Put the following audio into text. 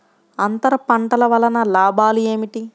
అంతర పంటల వలన లాభాలు ఏమిటి?